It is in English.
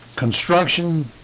Construction